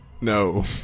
No